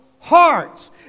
Hearts